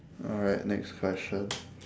alright next question